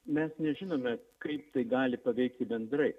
mes nežinome kaip tai gali paveikti bendrai